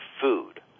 food